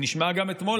היא נשמעה גם אתמול,